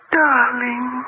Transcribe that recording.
darling